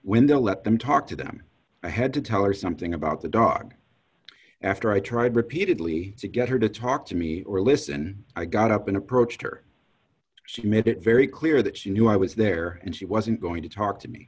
the let them talk to them i had to tell or something about the dog after i tried repeatedly to get her to talk to me or listen i got up and approached her she made it very clear that she knew i was there and she wasn't going to talk to me